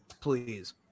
please